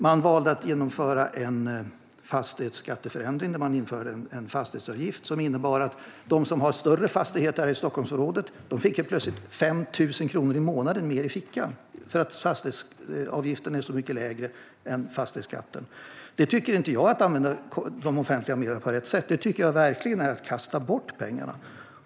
Man valde att genomföra en fastighetsskatteförändring och införa en fastighetsavgift som innebar att de som har större fastigheter här i Stockholmsområdet plötsligt fick 5 000 kronor mer i fickan varje månad eftersom fastighetsavgiften är så mycket lägre än fastighetsskatten. Det tycker inte jag är att använda de offentliga medlen på rätt sätt, utan det tycker jag verkligen är att kasta bort pengarna.